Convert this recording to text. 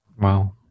Wow